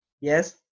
Yes